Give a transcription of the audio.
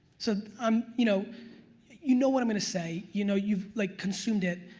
so, um you know you know what i'm gonna say, you know you've like consumed it.